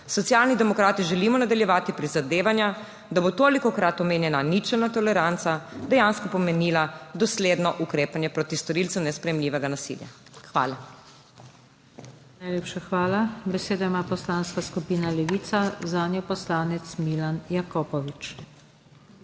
Socialni demokrati želimo nadaljevati prizadevanja, da bo tolikokrat omenjena ničelna toleranca dejansko pomenila dosledno ukrepanje proti storilcem nesprejemljivega nasilja. Hvala. PODPREDSEDNICA NATAŠA SUKIČ: Najlepša hvala. Besedo ima Poslanska skupina Levica, zanjo poslanec Milan Jakopovič.